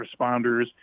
responders